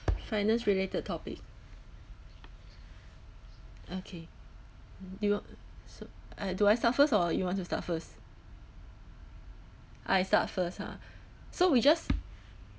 finance related topic okay you so uh do I start first or you want to start first I start first ah so we just